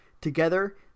Together